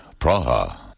Praha